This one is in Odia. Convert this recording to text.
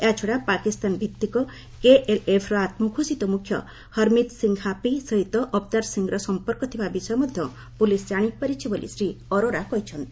ଏହାଛଡ଼ା ପାକିସ୍ତାନଭିତ୍ତିକ କେଏଲ୍ଏଫ୍ର ଆତ୍କଘୋଷିତ ମୁଖ୍ୟ ହର୍ମିତ୍ ସିଂ ହାପି ସହିତ ଅବତାର୍ ସିଂର ସମ୍ପର୍କ ଥିବା ବିଷୟ ମଧ୍ୟ ପୁଲିସ୍ ଜାଣିପାରିଛି ବୋଲି ଶ୍ରୀ ଅରୋରା କହିଛନ୍ତି